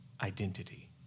identity